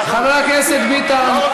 חבר הכנסת ביטן.